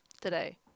today